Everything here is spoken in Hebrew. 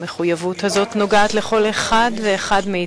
המחויבות הזאת נוגעת לכל אחד ואחד מאתנו,